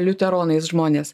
liuteronais žmonės